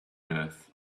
earth